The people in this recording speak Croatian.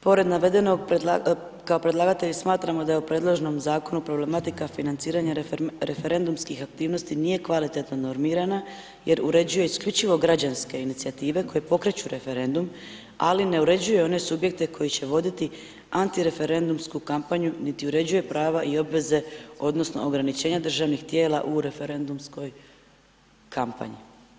Pored navedenog, kao predlagatelji smatramo da je u predloženom zakonu problematika financiranja referendumskih aktivnosti nije kvalitetno normirana jer uređuje isključivo građanske inicijative koje pokreću referendum, ali ne uređuju one subjekte koji će voditi antireferendumsku kampanju, niti uređuje prava i obveze odnosno ograničenja državnih tijela u referendumskoj kampanji.